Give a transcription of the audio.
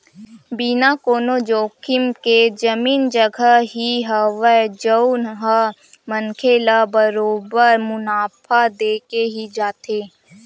बिना कोनो जोखिम के जमीन जघा ही हवय जउन ह मनखे ल बरोबर मुनाफा देके ही जाथे